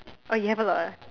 oh you have a lot ah